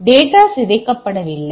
எனவே டேட்டா சிதைக்கப்படவில்லை